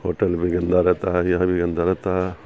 hotel بھی گندہ رہتا ہے یہاں بھی گندہ رہتا ہے